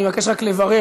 אני מבקש רק לברך.